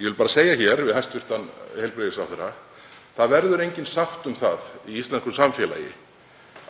Ég vil bara segja hér við hæstv. heilbrigðisráðherra: Það verður engin sátt um það í íslensku samfélagi